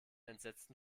entsetzten